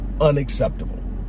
unacceptable